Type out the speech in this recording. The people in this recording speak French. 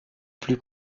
plus